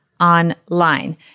online